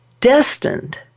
destined